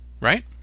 right